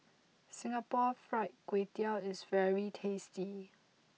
Singapore Fried Kway Tiao is very tasty